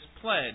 pledge